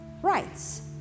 rights